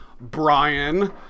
Brian